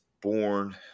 born